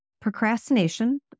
Procrastination